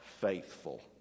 faithful